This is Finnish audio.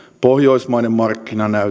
pohjoismainen markkina näyttää